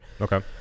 Okay